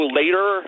later